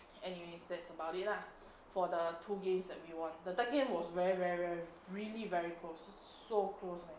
anyways that's about it lah for the two games that we won the third game was very very very really very close so close right